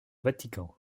vatican